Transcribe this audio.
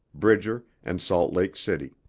bridger, and salt lake city.